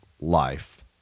life